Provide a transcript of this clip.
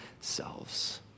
selves